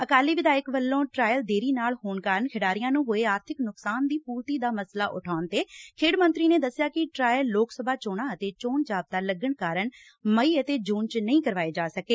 ਅਕਾਲੀ ਵਿਧਾਇਕ ਵਲੋ ਟਰਾਇਲ ਦੇਰੀ ਨਾਲ ਹੋਣ ਕਾਰਨ ਖਿਡਾਰੀਆ ਨ੍ਨੰ ਹੋਏ ਆਰਬਿਕ ਨੁਕਸਾਨ ਦੀ ਪੁਰਤੀ ਦਾ ਮਸਲਾ ਉਠਾਉਣ ਤੇ ਖੇਡ ਮੰਤਰੀ ਨੇ ਦਸਿਆ ਕਿ ਟਰਾਇਲ ਲੋਕ ਸਭਾ ਚੋਣਾ ਅਤੇ ਚੋਣ ਜਾਬਤਾ ਲੱਗਣ ਕਾਰਨ ਮਈ ਅਤੇ ਜੁਨ ਚ ਨਹੀਂ ਕਰਵਾਏ ਜਾ ਸਕੇ